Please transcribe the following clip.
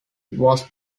was